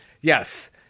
yes